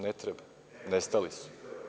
Ne treba, nestali su.